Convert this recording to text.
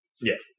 Yes